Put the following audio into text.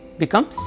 becomes